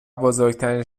بزرگترین